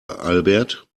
albert